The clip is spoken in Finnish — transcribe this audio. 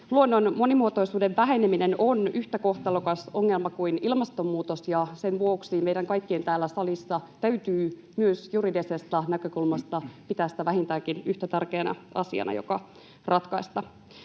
Luonnon monimuotoisuuden väheneminen on yhtä kohtalokas ongelma kuin ilmastonmuutos, ja sen vuoksi meidän kaikkien täällä salissa täytyy myös juridisesta näkökulmasta pitää sitä vähintäänkin yhtä tärkeänä asiana, joka ratkaista.